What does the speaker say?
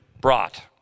brought